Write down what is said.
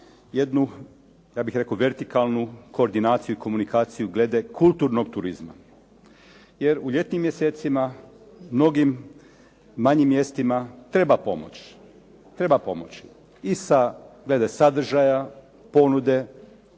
jednu ja bih rekao vertikalnu koordinaciju i komunikaciju glede kulturnog turizma jer u ljetnim mjesecima mnogim manjim mjestima treba pomoć i glede sadržaja ponude.